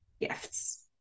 gifts